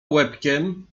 łebkiem